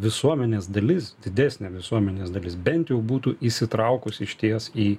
visuomenės dalis didesnė visuomenės dalis bent jau būtų įsitraukusi išties į